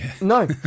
No